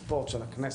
הכנסת,